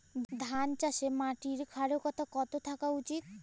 ধান চাষে মাটির ক্ষারকতা কত থাকা উচিৎ?